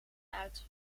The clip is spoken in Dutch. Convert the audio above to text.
uit